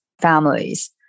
families